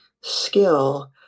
skill